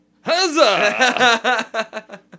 Huzzah